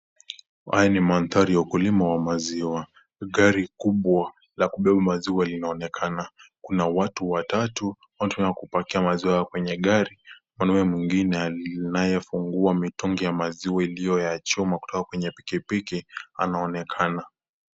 Haya ni mandhari ya ukulima wa maziwa, gari kubwa la kubeba maziwa linaonekana, kuna watu watatu, watu wa kupakia maziwa kwenye gari, mwanaume mwingine aliye na fungua mitungi ya maziwa iliyo ya chuma kutoka kwenye pikipiki anaonekana.